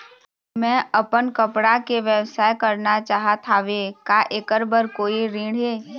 मैं अपन कपड़ा के व्यवसाय करना चाहत हावे का ऐकर बर कोई ऋण हे?